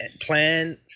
plan